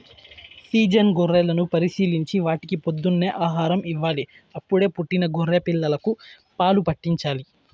season గొర్రెలను పరిశీలించి వాటికి పొద్దున్నే ఆహారం ఇవ్వాలి, అప్పుడే పుట్టిన గొర్రె పిల్లలకు పాలు పాట్టించాలి